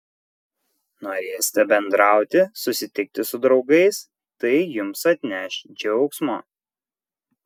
norėsite bendrauti susitikti su draugais tai jums atneš džiaugsmo